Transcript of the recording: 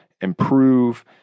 Improve